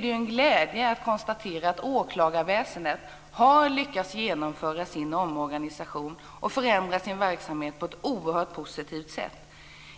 Det är en glädje att konstatera att åklagarväsendet har lyckats genomföra sin omorganisation och förändra sin verksamhet på ett oerhört positivt sätt.